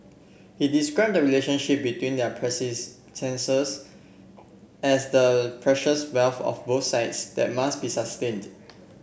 he described the relationship between their as the precious wealth of both sides that must be sustained